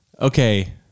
Okay